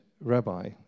Rabbi